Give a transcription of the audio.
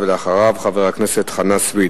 אחריו, חבר הכנסת חנא סוייד.